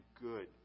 good